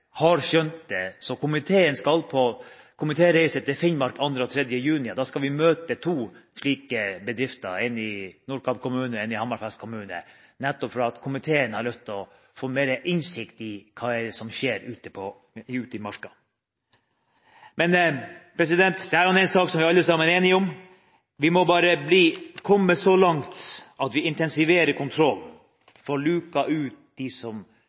har skjønt det, så komiteen skal på komitéreise til Finnmark 2. og 3. juni. Da skal vi møte to slike bedrifter, én i Nordkapp kommune og én i Hammerfest kommune, nettopp fordi komiteen har lyst til å få mer innsikt i hva som skjer ute i marka. Men dette er en sak som vi alle sammen er enige om. Vi må bare komme så langt at vi intensiverer kontrollen og får luket ut dem som